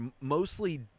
mostly